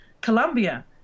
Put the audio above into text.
Colombia